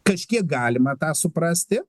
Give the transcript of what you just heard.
kažkiek galima tą suprasti